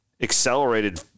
accelerated